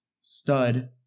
stud